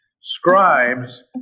Scribes